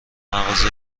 مغازه